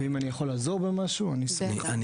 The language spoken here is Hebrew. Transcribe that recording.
ואם אני יכול לעזור במשהו, אני אשמח.